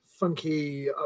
Funky